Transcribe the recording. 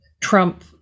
Trump